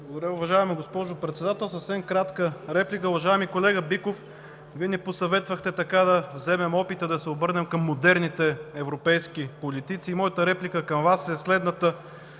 уважаема госпожо Председател. Съвсем кратка реплика. Уважаеми колега Биков, Вие ни посъветвахте да вземем опита, да се обърнем към модерните европейски политици и моята реплика към Вас е следната: